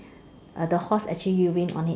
uh the horse actually urine on it